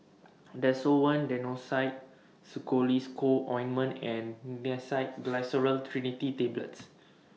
Desowen Co Ointment and Glyceryl Trinitrate Tablets